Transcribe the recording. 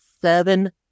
seven